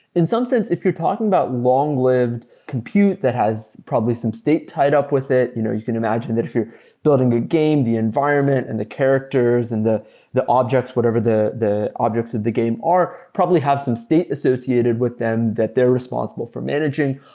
in some sense, if you're talking about long-lived compute that has probably some state tied up with it. you know you can imagine that if you're building a game, the environment, and the characters, and the the objects, whatever the the objects of the game are, probably have some state associated with them that they're responsible for managing.